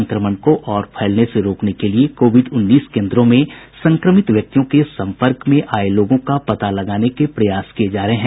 संक्रमण को और फैलने से रोकने के लिए कोविड उन्नीस केंद्रों में संक्रमित व्यक्तियों के सम्पर्क में आए लोगों का पता लगाने के प्रयास किए जा रहे हैं